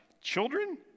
Children